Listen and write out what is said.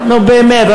נו באמת,